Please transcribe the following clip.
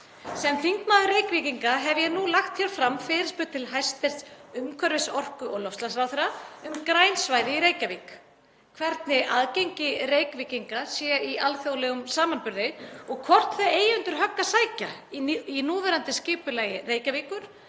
Sem þingmaður Reykvíkinga hef ég nú lagt fram fyrirspurn til hæstv. umhverfis-, orku- og loftslagsráðherra um græn svæði í Reykjavík, hvernig aðgengi Reykvíkinga sé í alþjóðlegum samanburði og hvort þau eigi undir högg að sækja í núverandi skipulagi Reykjavíkur,